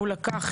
הוא לקח